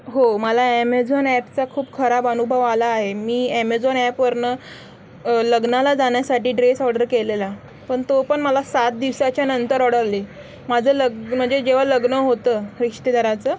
हो मला ॲमेझॉन ॲपचा खूप खराब अनुभव आला आहे मी ॲमेझॉन ॲपवरनं लग्नाला जाण्यासाठी ड्रेस ऑर्डर केलेला पण तो पण मला सात दिवसाच्या नंतर ऑर्डर आली माझं लग म्हणजे जेव्हा लग्न होतं रिश्तेदाराचं